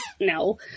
No